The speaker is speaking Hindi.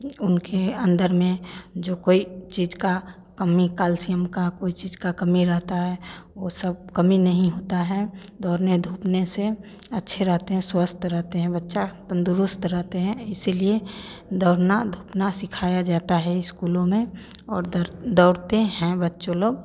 उनके अंदर में जो कोई चीज कमी कैल्शियम का कोई चीज का कमी रहता है वो सब कमी नहीं होता है दौड़ने धूपने से अच्छे रहते हैं स्वस्थ रहते हैं बच्चा तंदुरुस्त रहते हैं इसीलिए दौड़ना धूपना सिखाया जाता है स्कूलों में और दर दौड़ते हैं बच्चों लोग